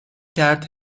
کرد